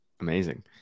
Amazing